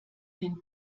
den